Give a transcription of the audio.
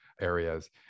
areas